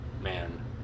man